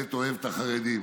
שבנט אוהב את החרדים.